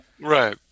Right